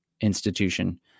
institution